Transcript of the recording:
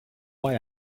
why